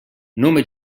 nome